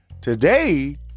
today